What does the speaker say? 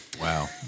Wow